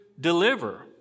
deliver